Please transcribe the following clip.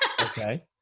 Okay